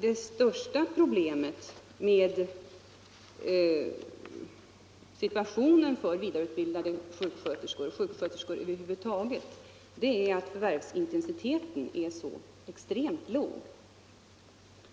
Det största problemet med arbetsmarknadssituationen för sjuksköterskor är att förvärvsintensiteten är så extremt låg.